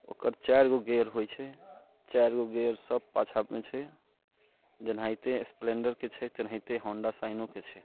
ओकर चारि गो गेयर होइत छै चारि गो गेयरसभ पाछाँमे छै जेनाहिते स्प्लेंडरके छै तेनाहिते होंडा शाइनोके छै